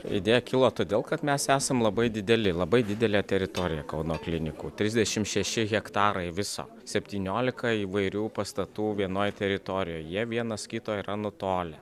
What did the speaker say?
idėja kilo todėl kad mes esam labai dideli labai didelę teritoriją kauno klinikų trisdešimt šeši hektarai viso septyniolika įvairių pastatų vienoj teritorijoj jie vienas kito yra nutolę